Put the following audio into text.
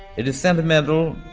it is sentimental.